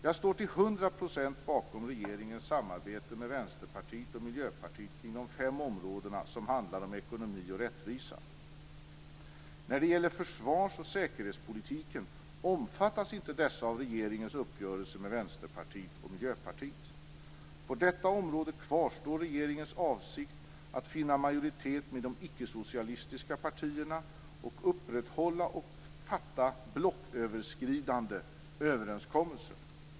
Jag står till hundra procent bakom regeringens samarbete med Vänsterpartiet och Miljöpartiet inom de fem områden som handlar om ekonomi och rättvisa. Försvars och säkerhetspolitiken omfattas inte av regeringens uppgörelse med Vänsterpartiet och Miljöpartiet. På detta område kvarstår regeringens avsikt att finna majoritet med de icke-socialistiska partierna och att upprätthålla och fatta blocköverskridande överenskommelser.